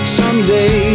someday